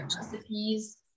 recipes